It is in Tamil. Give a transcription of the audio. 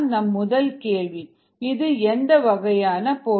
நம் முதல் கேள்வி இது எந்த வகையான போட்டி